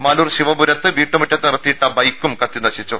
മാലൂർ ശിവപുരത്ത് വീട്ടുമുറ്റത്ത് നിർത്തിയിട്ട ബൈക്കും കത്തി നശിച്ചു